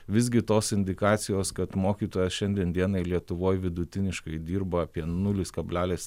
visgi tos indikacijos kad mokytojas šiandien dienai lietuvoj vidutiniškai dirba apie nulis kablelis